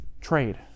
trade